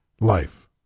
life